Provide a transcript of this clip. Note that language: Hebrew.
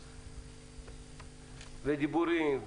ודיבורים,